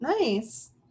nice